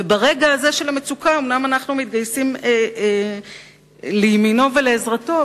וברגע הזה של המצוקה אומנם אנחנו מתגייסים לימינו ולעזרתו,